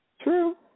True